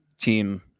team